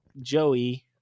Joey